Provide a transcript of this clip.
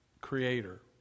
Creator